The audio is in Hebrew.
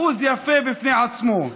אחוז יפה בפני עצמו.